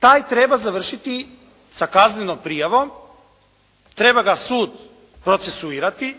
taj treba završiti sa kaznenom prijavom, treba ga sud procesuirati